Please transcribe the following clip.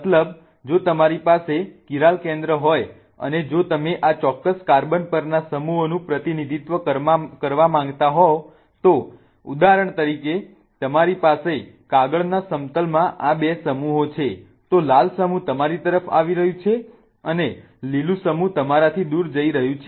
મતલબ જો તમારી પાસે કિરાલ કેન્દ્ર હોય અને જો તમે આ ચોક્કસ કાર્બન પરના સમૂહોનું પ્રતિનિધિત્વ કરવા માંગતા હોવ તો ઉદાહરણ તરીકે તમારી પાસે કાગળના સમતલમાં આ બે સમૂહો છે તો લાલ સમૂહ તમારી તરફ આવી રહ્યું છે અને લીલુ સમૂહ તમારાથી દૂર જઈ રહ્યુ છે